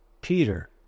Peter